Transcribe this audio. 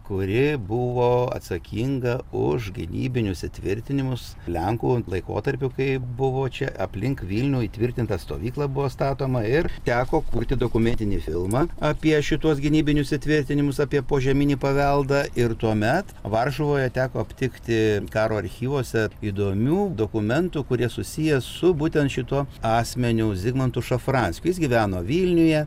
kuri buvo atsakinga už gynybinius įtvirtinimus lenkų laikotarpiu kai buvo čia aplink vilnių įtvirtinta stovykla buvo statoma ir teko kurti dokumentinį filmą apie šituos gynybinius įtvirtinimus apie požeminį paveldą ir tuomet varšuvoje teko aptikti karo archyvuose įdomių dokumentų kurie susiję su būtent šituo asmeniu zigmantu šafranskiu jis gyveno vilniuje